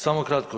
Samo kratko.